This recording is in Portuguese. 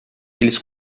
eles